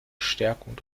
stärkung